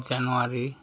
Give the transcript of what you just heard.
ᱡᱟᱱᱩᱣᱟᱨᱤ